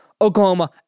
Oklahoma